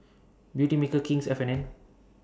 Beautymaker King's F and N